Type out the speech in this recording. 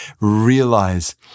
realize